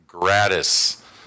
Gratis